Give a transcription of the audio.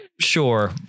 sure